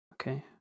Okay